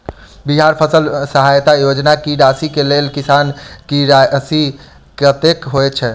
बिहार फसल सहायता योजना की राशि केँ लेल किसान की राशि कतेक होए छै?